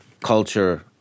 culture